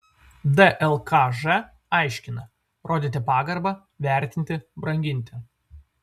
dlkž aiškina rodyti pagarbą vertinti branginti